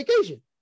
vacation